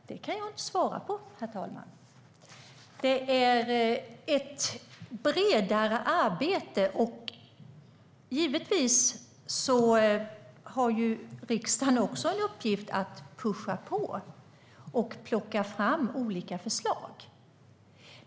Herr talman! Det kan jag inte svara på. Det handlar om ett bredare arbete. Givetvis har riksdagen också en uppgift att pusha på och plocka fram olika förslag.